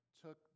took